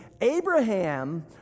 Abraham